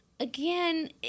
Again